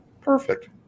Perfect